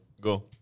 Go